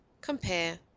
Compare